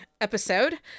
episode